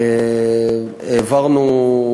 העברנו,